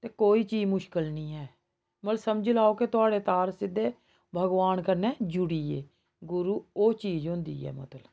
ते कोई चीज मुश्कल निं ऐ मतलब समझी लैओ के थुआढ़े तार सिद्धे भगोआन कन्नै जुड़ी गे गुरु ओह् चीज होंदी ऐ मतलब